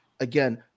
Again